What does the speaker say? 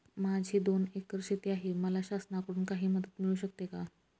माझी दोन एकर शेती आहे, मला शासनाकडून काही मदत मिळू शकते का?